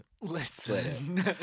listen